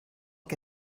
que